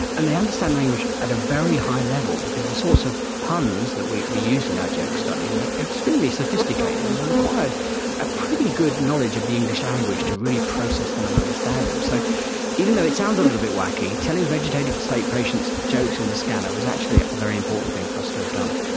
and they understand language at a very high level because the sorts of puns that we we use in our joke study were extremely sophisticated and they required a pretty good knowledge of the english language to really process them and understand them. so even though it sounds a little bit wacky, telling vegetative state patience jokes in the scanner was actually a very important thing for us to have done.